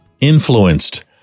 influenced